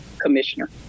commissioner